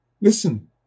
listen